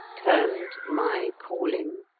termed my calling